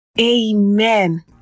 Amen